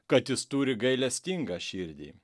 kad jis turi gailestingą širdį